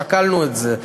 שקלנו את זה.